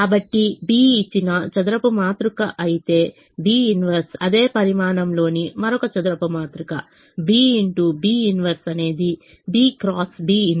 కాబట్టి B ఇచ్చిన చదరపు మాతృక అయితేB 1 అదే పరిమాణంలోని మరొక చదరపు మాతృక B into B 1 అనేది B క్రాస్ B 1 అంటే I